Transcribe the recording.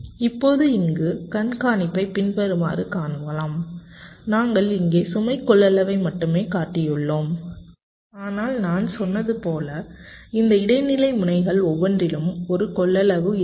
இப்போது இங்கே கண்கானிப்பை பின்வருமாறு பார்க்கலாம் நாங்கள் இங்கே சுமை கொள்ளளவை மட்டுமே காட்டியுள்ளோம் ஆனால் நான் சொன்னது போல இந்த இடைநிலை முனைகள் ஒவ்வொன்றிலும் ஒரு கொள்ளளவு இருக்கும்